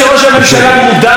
כי הם הוצגו בפניו,